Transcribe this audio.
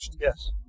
Yes